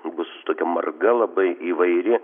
bus tokia marga labai įvairi